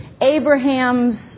Abraham's